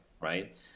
right